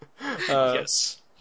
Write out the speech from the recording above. Yes